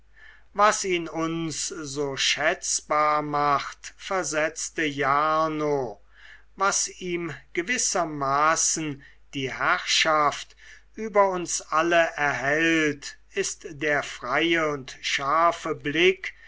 was ihn uns so schätzbar macht versetzte jarno was ihm gewissermaßen die herrschaft über uns alle erhält ist der freie scharfe blick